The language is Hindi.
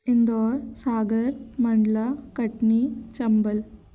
इंदौर सागर मंडला कटनी चम्बल